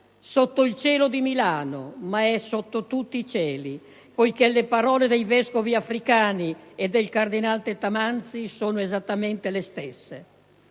sotto il cielo di Milano, ma sotto tutti i cieli, poiché le parole dei vescovi africani e del cardinal Tettamanzi sono esattamente le stesse.